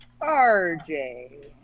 RJ